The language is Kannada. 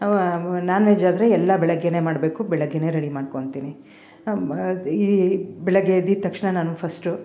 ಅವ ನಾನ್ ವೆಜ್ ಆದರೆ ಎಲ್ಲಾ ಬೆಳಗ್ಗೆ ಮಾಡಬೇಕು ಬೆಳಗ್ಗೆ ರೆಡಿ ಮಾಡ್ಕೊಂತೀನಿ ಬೆಳಗ್ಗೆ ಎದ್ದಿದ ತಕ್ಷಣ ನಾನು ಫಸ್ಟು